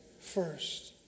First